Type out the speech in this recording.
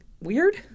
weird